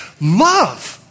Love